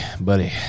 buddy